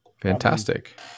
Fantastic